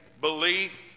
belief